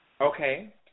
Okay